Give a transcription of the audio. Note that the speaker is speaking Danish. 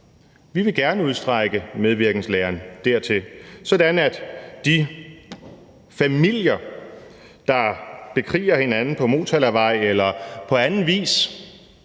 Vi vil gerne udstrække medvirkenslæren dertil, sådan at de familier, der bekriger hinanden på Motalavej eller på anden vis